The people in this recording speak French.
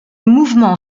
mouvement